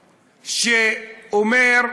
שאומר: